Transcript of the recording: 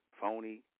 phony